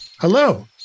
Hello